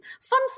Fun